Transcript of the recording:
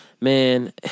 Man